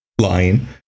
line